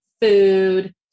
food